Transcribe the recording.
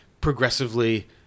progressively